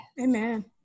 Amen